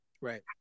Right